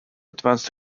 advanced